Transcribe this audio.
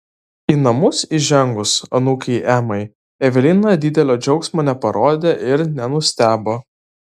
į namus įžengus anūkei emai evelina didelio džiaugsmo neparodė ir nenustebo